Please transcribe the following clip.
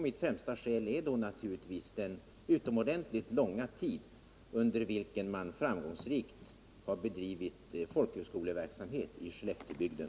Det främsta skälet är naturligtvis den utomordentligt långa tid, under vilken man framgångsrikt har bedrivit folkhögskoleverksamhet i Skelleftebygden.